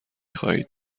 خواهید